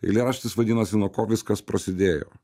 eilėraštis vadinasi nuo ko viskas prasidėjo